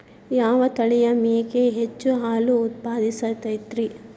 ಯಾವ ತಳಿಯ ಮೇಕೆ ಹೆಚ್ಚು ಹಾಲು ಉತ್ಪಾದಿಸತೈತ್ರಿ?